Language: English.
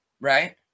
Right